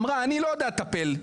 אמרה "אני לא יודעת לטפל.